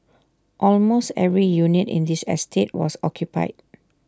almost every unit in this estate was occupied